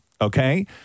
Okay